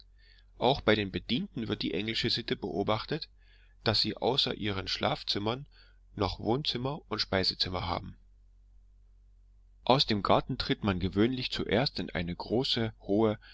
auch bei den bedienten wird die englische sitte beobachtet daß sie außer ihren schlafzimmern noch wohnzimmer und speisezimmer haben aus dem garten tritt man gewöhnlich zuerst in eine große hohe